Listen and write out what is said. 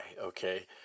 okay